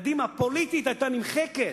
קדימה פוליטית היתה נמחקת.